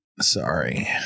sorry